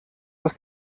aus